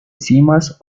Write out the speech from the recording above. cimas